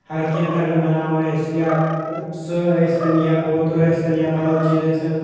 ہرکینٛہہ تَگان بَناوُن اَسِہ یا سٕہہ ٲسۍ تَن یا کوتُر ٲسۍ تَن یا بدل چیٖز ٲسۍ تَن